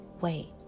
wait